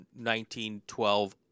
1912